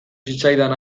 zitzaidan